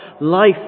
life